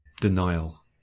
Denial